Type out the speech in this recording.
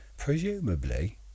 presumably